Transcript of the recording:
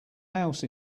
house